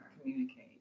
communicate